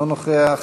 לא נוכח.